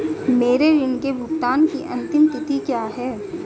मेरे ऋण के भुगतान की अंतिम तिथि क्या है?